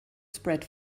spread